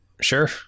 sure